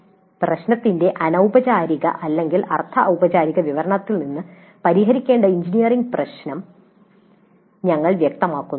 " പ്രശ്നത്തിന്റെ അനൌപചാരിക അല്ലെങ്കിൽ അർദ്ധ ഔപചാരിക വിവരണത്തിൽ നിന്ന് പരിഹരിക്കേണ്ട എഞ്ചിനീയറിംഗ് പ്രശ്നം ഞങ്ങൾ വ്യക്തമാക്കുന്നു